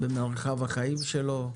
במרחב החיים שלו,